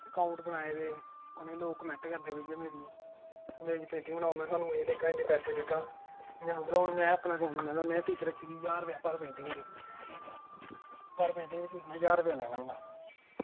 account बनाए दे उनेंगी लोग कमैंट करदे भाईया मेरी पेंटिंग बनाओ में थुहानू एह् देह्गा इन्नें पैसे देगा जियां समझी लैओ में अकाउंट बनाए दा में फीस रक्खी दा ज्हार रपेआ पर पेंटिंग दी पर पेंटिंग दी फीस में ज्हार रपेआ लैन्नां होनां